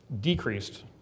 decreased